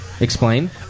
Explain